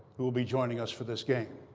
who will be joining us for this game.